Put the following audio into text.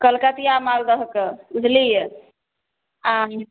कलकतिआ मालदहके बुझलिए आम